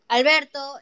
Alberto